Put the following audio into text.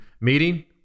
meeting